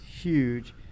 huge